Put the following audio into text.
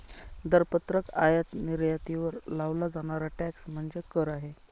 दरपत्रक आयात निर्यातीवर लावला जाणारा टॅक्स म्हणजे कर आहे